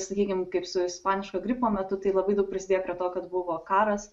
sakykim kaip su ispaniško gripo metu tai labai daug prisidėjo prie to kad buvo karas